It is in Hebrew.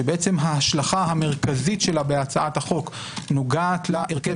שבעצם ההשלכה המרכזית שלה בהצעת החוק נוגעת להרכב